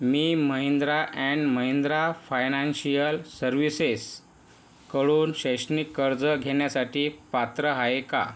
me Mahindra and Mahindra financial सर्विसेसकडून शैक्षणिक कर्ज घेण्यासाठी पात्र आहे का